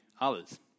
others